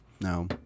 No